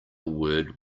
word